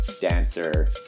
Dancer